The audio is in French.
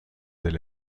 del